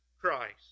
Christ